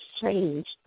changed